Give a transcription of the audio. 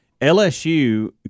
LSU